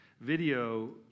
video